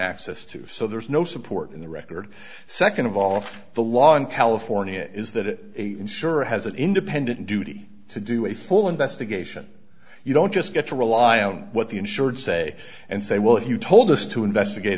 access to so there's no support in the record second of all the law in california is that insurer has an independent duty to do a full investigation you don't just get to rely on what the insured say and say well if you told us to investigate